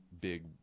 big